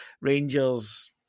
Rangers